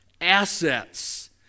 assets